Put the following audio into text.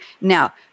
Now